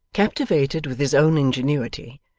captivated with his own ingenuity,